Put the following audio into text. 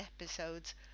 episodes